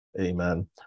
Amen